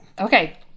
Okay